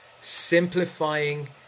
simplifying